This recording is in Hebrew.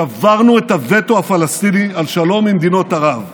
שברנו את הווטו הפלסטיני על שלום עם מדינות ערב.